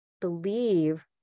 believe